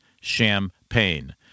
champagne